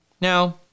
Now